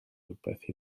rywbeth